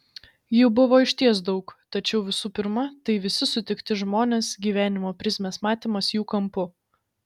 jų buvo išties daug tačiau visų pirma tai visi sutikti žmonės gyvenimo prizmės matymas jų kampu